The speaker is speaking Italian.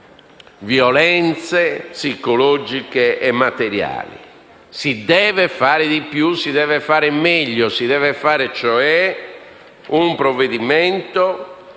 violenze, psicologiche e materiali. Si deve fare di più e si deve fare meglio: si deve approvare cioè un provvedimento